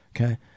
Okay